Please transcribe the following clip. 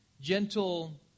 gentle